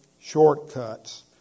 shortcuts